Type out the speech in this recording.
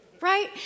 Right